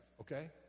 Okay